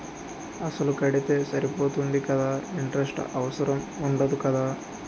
అసలు కడితే సరిపోతుంది కదా ఇంటరెస్ట్ అవసరం ఉండదు కదా?